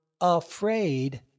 afraid